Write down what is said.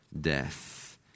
death